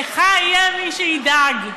לך יהיה מי שידאג,